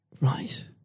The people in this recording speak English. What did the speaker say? Right